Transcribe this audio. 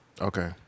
Okay